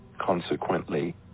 consequently